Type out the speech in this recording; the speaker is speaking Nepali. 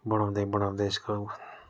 बढाउँदै बढाउँदै यसको